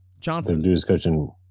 Johnson